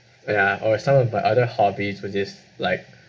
ya or some of my other hobbies which is like